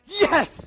Yes